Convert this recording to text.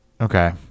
Okay